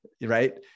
right